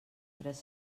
tres